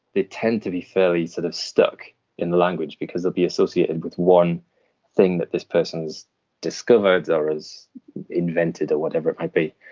they tend to be fairly sort of stuck in the language because they'll be associated with one thing that this person's discovered or invented or whatever it might be.